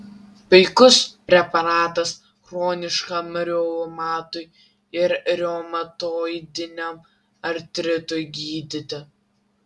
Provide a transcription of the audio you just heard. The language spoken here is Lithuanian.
puikus preparatas chroniškam reumatui ir reumatoidiniam artritui gydyti